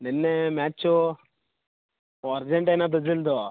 ನಿನ್ನೆ ಮ್ಯಾಚೂ ಓ ಅರ್ಜೆಂಟೈನ ಬ್ರೆಜಿಲ್ದು